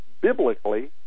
biblically